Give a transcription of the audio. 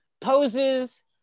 poses